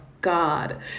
God